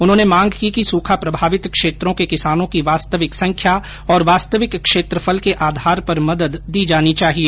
उन्होंने मांग की कि सुखा प्रभावित क्षेत्रों के किसानों की वास्तविक संख्या और वास्तविक क्षेत्रफल के आधार पर मदद दी जानी चाहिए